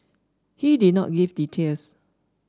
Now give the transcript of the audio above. he did not give details